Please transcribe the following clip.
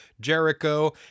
Jericho